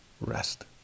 rest